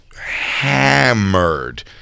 hammered